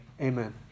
amen